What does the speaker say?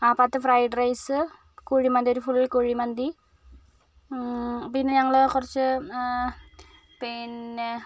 ആ പത്ത് fried rice കുഴിമന്തി ഒരു ഫുൾ കുഴിമന്തി പിന്നെ ഞങ്ങൾ കുറച്ച് പിന്നെ